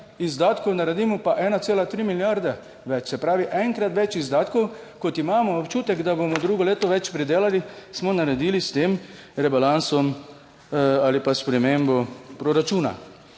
izdatkov, naredimo pa 1,3 milijarde več. Se pravi, enkrat več izdatkov, kot imamo občutek, da bomo drugo leto več pridelali, smo naredili s tem rebalansom ali pa s spremembo proračuna.